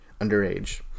underage